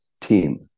team